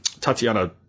Tatiana